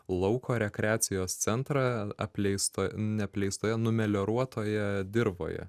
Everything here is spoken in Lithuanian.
lauko rekreacijos centrą apleisto ne apleistoje numelioruotoje dirvoje